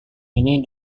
ini